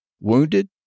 wounded